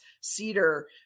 cedar